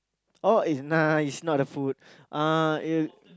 oh it's nice not the food uh it